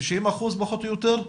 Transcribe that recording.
90% פחות או יותר?